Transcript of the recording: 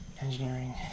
Engineering